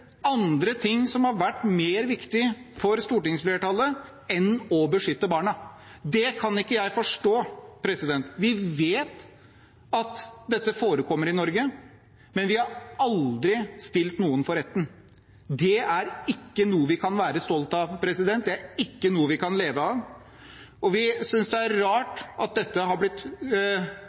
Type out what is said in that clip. andre ting som har vært mer viktig for stortingsflertallet enn å beskytte barna. Det kan jeg ikke forstå. Vi vet at dette forekommer i Norge, men vi har aldri stilt noen for retten. Det er ikke noe vi kan være stolte av, det er ikke noe vi kan leve med, og vi synes det er rart at dette har blitt